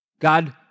God